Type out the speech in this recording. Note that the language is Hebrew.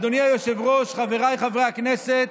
אדוני היושב-ראש, חבריי חברי הכנסת,